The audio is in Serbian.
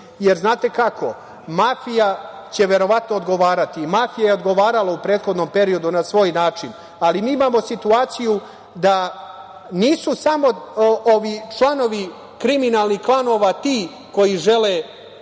jer znate kako, mafija će verovatno odgovarati i mafija je odgovara u prethodnom periodu na svoj način, ali mi imamo situaciju da nisu samo ovi članovi kriminalnih klanova ti koji žele, ružno